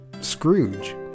Scrooge